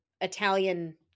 Italian